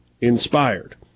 inspired